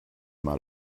mal